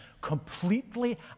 Completely